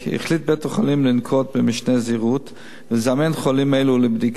החליט בית-החולים לנקוט משנה זהירות ולזמן חולים אלו לבדיקה.